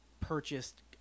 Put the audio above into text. purchased